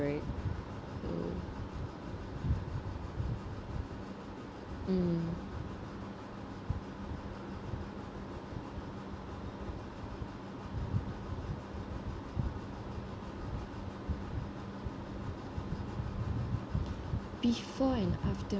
right mm before and after